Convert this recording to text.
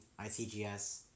ITGS